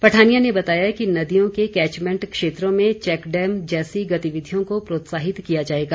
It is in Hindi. पठानिया ने बताया कि नदियों के कैचमेंट क्षेत्रों में चैक डैम जैसी गतिविधियों को प्रोत्साहित किया जाएगा